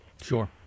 Sure